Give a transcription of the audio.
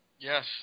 Yes